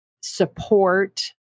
support